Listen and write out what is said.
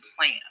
plan